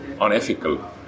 unethical